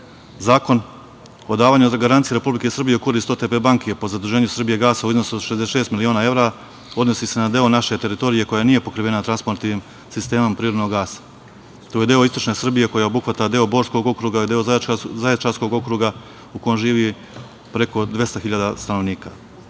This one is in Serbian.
o davanju garancije Republike Srbije u korist OTP banke po zaduženju Srbijagasa u iznosu od 66 miliona evra odnosi se na deo naše teritorije koja nije pokrivena transportnim sistemom prirodnog gasa. To je deo istočne Srbije koji obuhvata deo Borskog okruga i deo Zaječarskog okruga u kom živi preko 200 hiljada